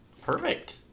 perfect